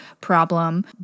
problem